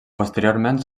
posteriorment